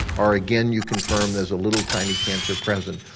or again you confirm there's a little tiny cancer present.